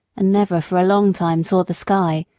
and never for a long time saw the sky,